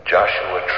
Joshua